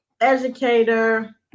educator